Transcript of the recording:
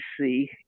see